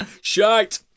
Shite